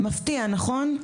מפתיע, נכון?